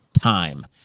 time